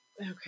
Okay